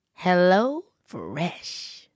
HelloFresh